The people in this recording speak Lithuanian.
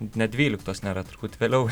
net dvyliktos nėra truputį vėliau